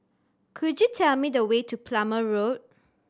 could you tell me the way to Plumer Road